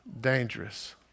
dangerous